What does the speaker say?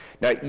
Now